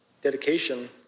dedication